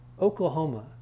Oklahoma